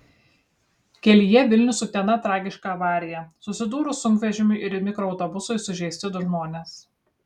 kelyje vilnius utena tragiška avarija susidūrus sunkvežimiui ir mikroautobusui sužeisti du žmonės